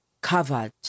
covered